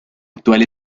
actual